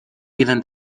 إذا